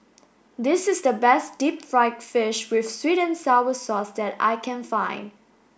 this is the best deep fried fish with sweet and sour sauce that I can find